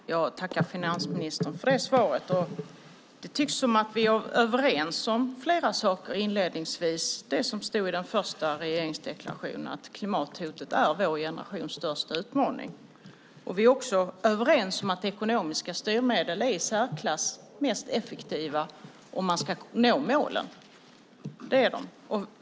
Herr talman! Jag tackar finansministern för svaret. Det tycks som att vi är överens om flera saker. Det gäller för det första det som stod i den första regeringsdeklarationen om att klimathotet är vår generations största utmaning. Vi är för det andra överens om att ekonomiska styrmedel är det i särklass mest effektiva om man ska nå målen.